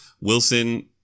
Wilson